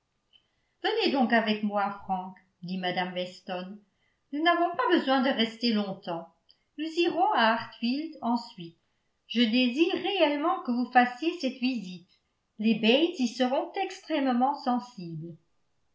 venez donc avec moi frank dit mme weston nous n'avons pas besoin de rester longtemps nous irons à hartfield ensuite je désire réellement que vous fassiez cette visite les bates y seront extrêmement sensibles